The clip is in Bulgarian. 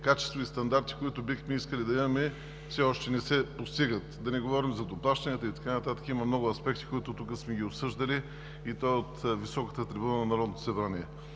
качество и стандарти, които бихме искали да имаме, все още не се постигат. А да не говорим за доплащанията и така нататък – има много аспекти, които тук сме обсъждали, и то от високата трибуна на Народното събрание.